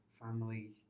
family